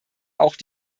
auch